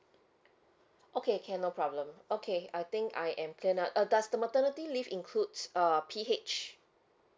okay can no problem okay I think I am clear now uh does the maternity leave includes uh P_H